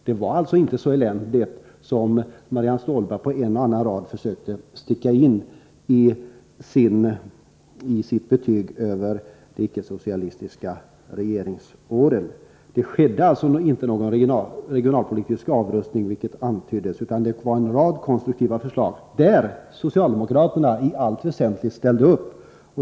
Det var alltså inte så eländigt som Marianne Stålberg försökte göra gällande här och där i sin betygsättning av de icke-socialistiska regeringsåren. Det skedde inte någon regionalpolitisk nedrustning, vilket antyddes, utan det presenterades en rad konstruktiva förslag. Dem ställde sig socialdemokraterna i allt väsentligt bakom.